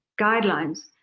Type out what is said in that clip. guidelines